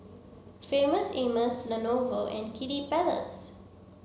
Famous Amos Lenovo and Kiddy Palace